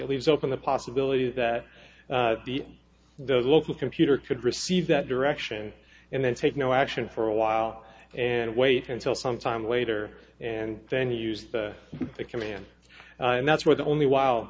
leaves open the possibility that the the local computer could receive that direction and then take no action for a while and wait until some time later and then you used the command and that's where the only while